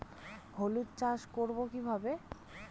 হলুদ চাষ করব কিভাবে?